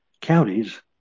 counties